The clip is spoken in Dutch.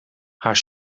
haar